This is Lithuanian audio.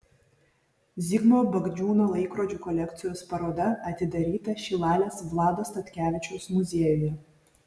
zigmo bagdžiūno laikrodžių kolekcijos paroda atidaryta šilalės vlado statkevičiaus muziejuje